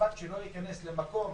ובלבד שלא ייכנס למקום